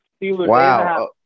Wow